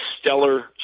stellar